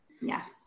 Yes